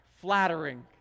flattering